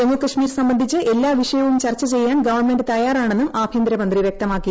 ജമ്മുകാശ്മീർ സംബന്ധിച്ച് എല്ലാ വിഷയവും ചർച്ച ചെയ്യാൻ ഗവൺമെന്റ് തയ്യാറാണെന്നും ആഭ്യന്തര മന്ത്രി വ്യക്തമാക്കി